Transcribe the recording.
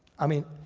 i mean,